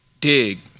Dig